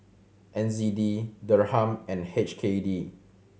N Z D Dirham and H K D